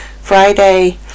Friday